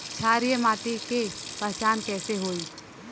क्षारीय माटी के पहचान कैसे होई?